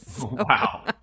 Wow